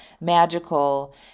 magical